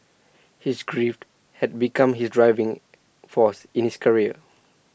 his grief had become his driving force in his career